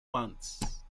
months